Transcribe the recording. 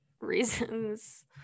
reasons